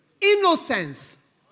innocence